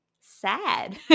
sad